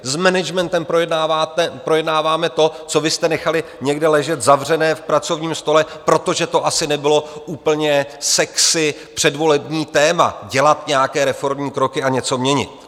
S managementem projednáváme to, co vy jste nechali někde ležet zavřené v pracovním stole, protože to asi nebylo úplně sexy předvolební téma, dělat nějaké reformní kroky a něco měnit.